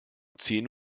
zehn